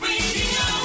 Radio